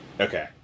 Okay